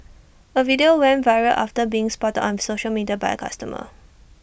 A video went viral after being sported on social media by A customer